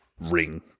ring